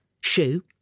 shoe